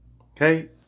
Okay